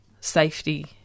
safety